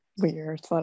weird